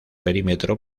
perímetro